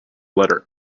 letter